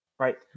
right